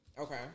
Okay